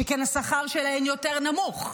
שכן השכר שלהן נמוך יותר.